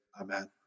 Amen